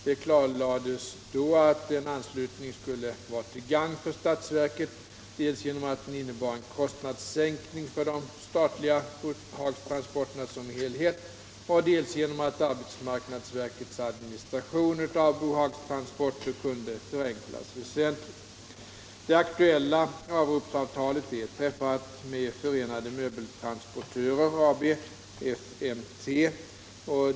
Det klarlades därvid att en anslutning skulle vara till gagn för statsverket, dels genom att den innebar en kostnadssänkning för de statliga bohagstransporterna som helhet, dels genom att arbetsmarknadsverkets administration av bohagstransporter kunde förenklas väsentligt. AB .